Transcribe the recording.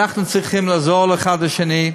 אנחנו צריכים לעזור אחד לשני.